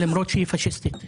למרות שהיא פשיסטית.